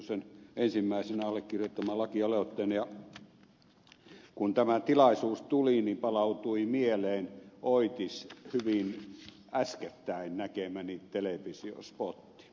tiusasen ensimmäisenä allekirjoittaman lakialoitteen ja kun tämä tilaisuus tuli niin palautui mieleen oitis hyvin äskettäin näkemäni televisiospotti